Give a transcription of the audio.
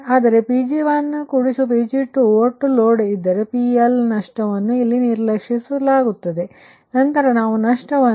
ಆದರೆ Pg1Pg2 ಒಟ್ಟು load ಇದ್ದರೆ PL ನಷ್ಟವನ್ನು ಇಲ್ಲಿ ನಿರ್ಲಕ್ಷಿಸಲಾಗುತ್ತದೆ ನಂತರ ನಾವು ನಷ್ಟವನ್ನು ನೋಡುತ್ತೇವೆ